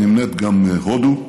נמנית גם הודו,